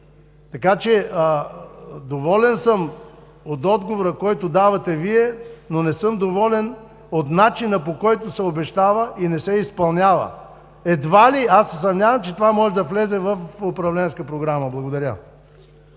Така че, доволен съм от отговора, който давате Вие, но не съм доволен от начина, по който се обещава и не се изпълнява. Едва ли – аз се съмнявам, че това може да влезе в управленска програма. Благодаря.